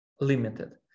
limited